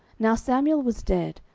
now samuel was dead,